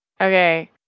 Okay